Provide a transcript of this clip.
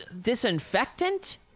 disinfectant